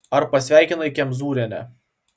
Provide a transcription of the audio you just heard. ar pasveikinai kemzūrienę